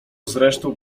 zresztą